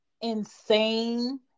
insane